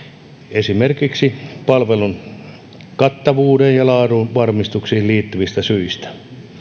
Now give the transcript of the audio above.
esimerkiksi palvelun kattavuuden ja laadun varmistuksiin liittyvistä syistä